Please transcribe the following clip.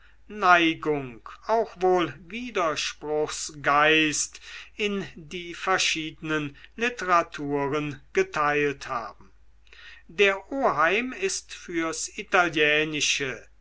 neigung auch wohl widerspruchsgeist in die verschiedenen literaturen geteilt haben der oheim ist fürs italienische